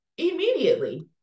immediately